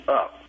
up